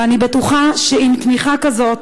ואני בטוחה שעם תמיכה כזאת,